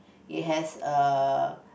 it has a